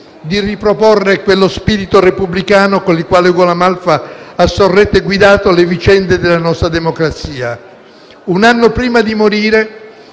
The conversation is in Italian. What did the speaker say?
di riproporre quello spirito repubblicano con il quale Ugo La Malfa ha sorretto e guidato le vicende della nostra democrazia. Un anno prima di morire,